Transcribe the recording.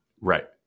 Right